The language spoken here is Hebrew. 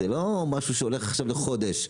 זה לא משהו לחודש,